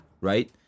right